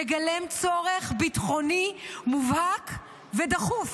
מגלם צורך ביטחוני מובהק ודחוף.